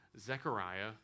Zechariah